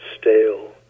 stale